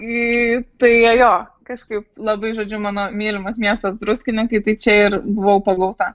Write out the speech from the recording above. į tai jo kažkaip labai žodžiu mano mylimas miestas druskininkai tai čia ir buvau pagauta